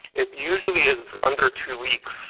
it usually is under two weeks,